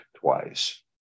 twice